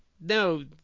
no